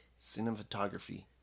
Cinematography